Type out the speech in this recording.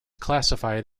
classified